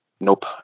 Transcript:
nope